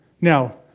Now